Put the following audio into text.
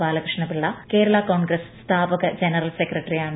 ബാലകൃഷ്ണപിള്ള കേരളാ കോൺഗ്രസ് സ്ഥാപക ജനറൽ സെക്രട്ടറിയാണ്